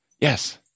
Yes